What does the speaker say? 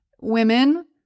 women